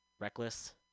reckless